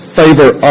favor